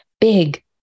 big